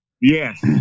Yes